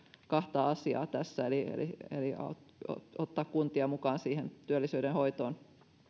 kahta asiaa tässä eli ottaa kuntia mukaan siihen työllisyyden hoitoon